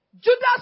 Judas